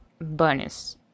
bonus